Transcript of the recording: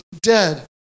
dead